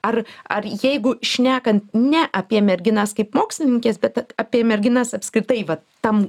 ar ar jeigu šnekant ne apie merginas kaip mokslininkes bet apie merginas apskritai vat tam